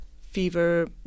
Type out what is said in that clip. fever